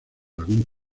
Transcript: algún